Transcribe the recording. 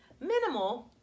minimal